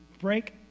break